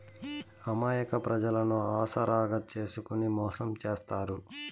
అమాయక ప్రజలను ఆసరాగా చేసుకుని మోసం చేత్తారు